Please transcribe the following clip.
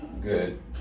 good